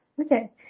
Okay